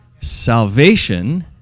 Salvation